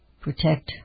protect